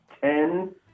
ten